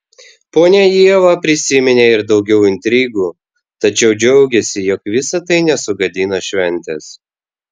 ponia ieva prisiminė ir daugiau intrigų tačiau džiaugėsi jog visa tai nesugadino šventės